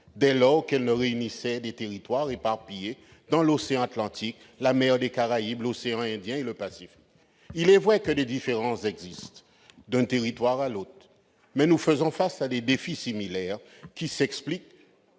dès lors qu'elle réunissait des territoires éparpillés dans l'océan Atlantique, la mer des Caraïbes, l'océan Indien et le Pacifique. Il est vrai que des différences existent d'un territoire à l'autre. Mais nous faisons face à des défis similaires ; c'est